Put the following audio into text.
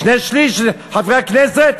שני-שלישים מחברי הכנסת?